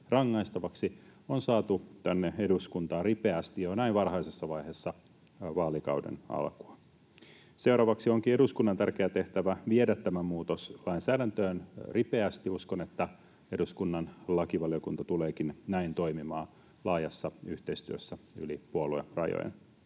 rangaistavaksi on saatu tänne eduskuntaan ripeästi, jo näin varhaisessa vaiheessa vaalikautta. Seuraavaksi onkin eduskunnan tärkeä tehtävä viedä tämä muutos lainsäädäntöön ripeästi, ja uskon, että eduskunnan lakivaliokunta tuleekin näin toimimaan laajassa yhteistyössä yli puoluerajojen.